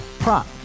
Prop